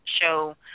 show